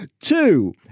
Two